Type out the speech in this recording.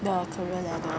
the career ladder